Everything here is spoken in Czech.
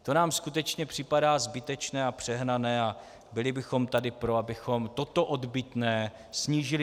To nám skutečně připadá zbytečné a přehnané a byli bychom tady pro, abychom toto odbytné snížili.